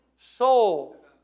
Soul